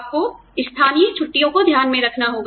आपको स्थानीय छुट्टियों को ध्यान में रखना होगा